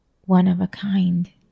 one-of-a-kind